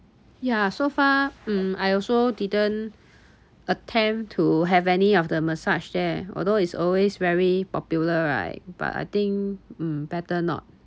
ya so far mm I also didn't attempt to have any of the massage there although is always very popular right but I think mm better not